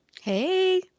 Hey